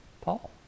Paul